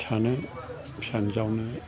फिसानो फिसा हिन्जावनो